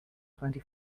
twenty